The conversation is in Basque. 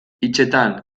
hitzetan